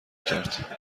کرد